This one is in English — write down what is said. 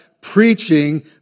preaching